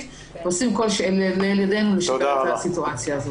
ועושים כל שלאל ידינו לשפר את הסיטואציה הזאת.